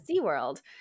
SeaWorld